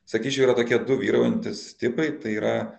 sakyčiau yra tokie du vyraujantys tipai tai yra